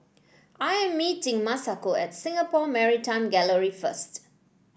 I am meeting Masako at Singapore Maritime Gallery first